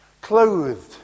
clothed